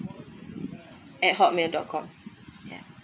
at hotmail dot com